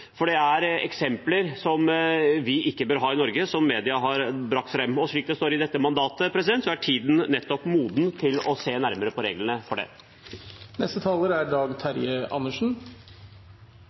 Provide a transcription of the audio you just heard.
for det er eksempler på hva vi ikke bør ha i Norge, noe media har brakt fram. Som det står i dette mandatet, er tiden moden for å se nærmere på reglene for det. Jeg har med stor interesse fulgt diskusjonen her i dag,